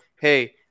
Hey